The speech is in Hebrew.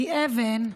כשאבן,